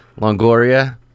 Longoria